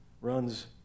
runs